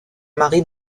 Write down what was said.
mari